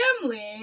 family